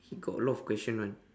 he got a lot of question [one]